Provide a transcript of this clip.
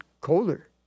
colder